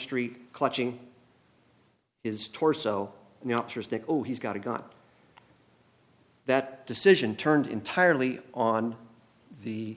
street clutching his torso oh he's got to got that decision turned entirely on the